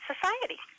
Society